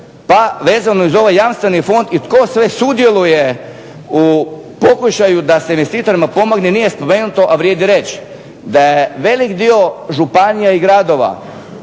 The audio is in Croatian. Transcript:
pa vezano i uz ovaj Jamstveni fond i tko sve sudjeluje u pokušaju da se investitorima pomogne nije spomenuto, a vrijedi reći da je velik dio županija i gradova